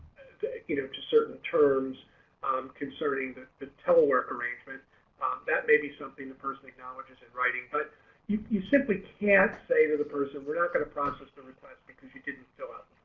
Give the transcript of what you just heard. you know to certain terms concerning the the telework arrangement that may be something the person acknowledges in writing but you you simply can't say to the person we're not kind of the request because you didn't fill out